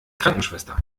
krankenschwester